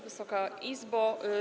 Wysoka Izbo!